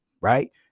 Right